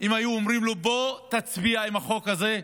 שאם היו אומרים לו: בוא, תצביע בעד החוק הזה,